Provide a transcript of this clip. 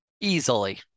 Easily